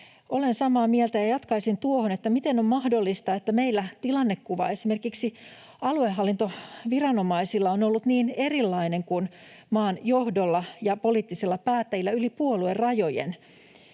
Olen samaa mieltä ja jatkaisin tuohon, että miten on mahdollista, että meillä tilannekuva esimerkiksi aluehallintoviranomaisilla on ollut niin erilainen kuin maan johdolla ja poliittisilla päättäjillä yli puoluerajojen.